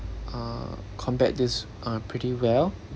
uh combat this uh pretty well